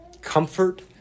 comfort